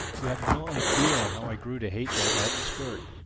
you've no idea how i grew to hate that hat and skirt.